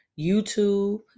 YouTube